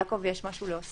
יעקב, יש מה להוסיף?